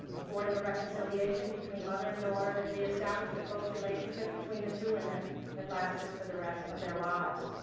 affording a reconciliation between mother and daughter that re-established a close relationship between the two women that lasted for the rest of their lives.